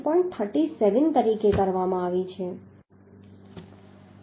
37 તરીકે કરવામાં આવી છે